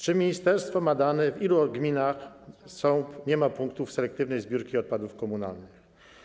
Czy ministerstwo ma dane, w ilu gminach nie ma punktów selektywnej zbiórki odpadów komunalnych?